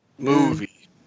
movie